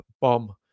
bomb